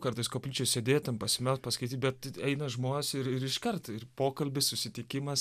kartais koplyčioj sėdėt ten pasimelst paskaityt bet eina žmonės ir ir iškart ir pokalbis susitikimas